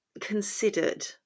considered